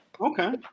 Okay